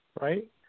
Right